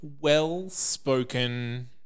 well-spoken